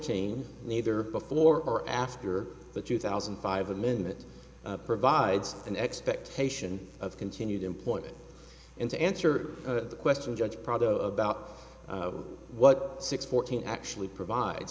fourteen neither before or after the two thousand and five amendment provides an expectation of continued employment and to answer the question judge prado about what six fourteen actually provide